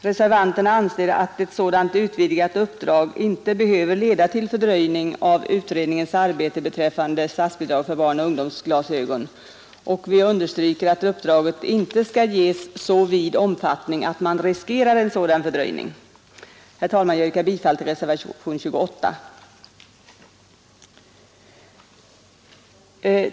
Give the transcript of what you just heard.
Reservanterna anser att ett sådant utvidgat uppdrag inte behöver leda till fördröjning av utredningens arbete beträffande statsbidrag för barnoch ungdomsglasögon, och vi understryker att uppdraget inte skall ges så vid omfattning att man riskerar en sådan fördröjning. Herr talman! Jag yrkar bifall till reservationen 28.